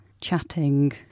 chatting